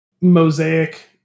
mosaic